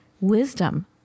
wisdom